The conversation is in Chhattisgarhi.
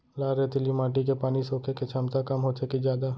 लाल रेतीली माटी के पानी सोखे के क्षमता कम होथे की जादा?